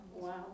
Wow